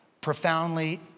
profoundly